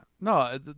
No